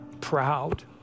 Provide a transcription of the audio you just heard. proud